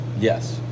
Yes